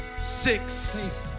six